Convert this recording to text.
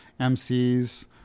MCs